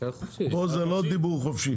פה זה לא דיבור חופשי.